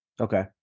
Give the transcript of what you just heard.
okay